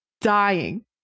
dying